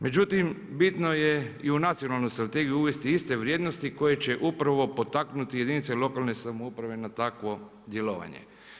Međutim, bitno je i u nacionalnu strategiju uvesti iste vrijednosti koje će upravo potaknuti jedinice lokalne samouprave na takvo djelovanje.